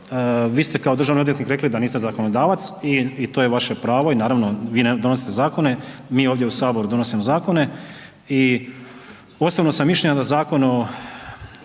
vi ste kao državni odvjetnik rekli da niste zakonodavac i to je vaše pravo i naravno vi ne donosite zakone, mi ovdje u Saboru donosimo zakone. I osobnog sam mišljenja da Zakon o